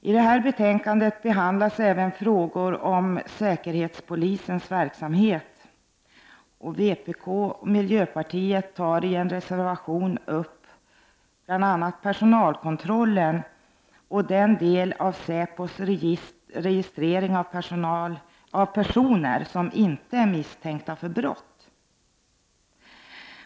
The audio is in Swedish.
I detta betänkande behandlas även frågor om säkerhetspolisens verksamhet. Vpk och miljöpartiet tar i en gemensam reservation upp bl.a. personalkontrollen och den del av SÄPO:s registrering som rör personer som inte är misstänkta för brott.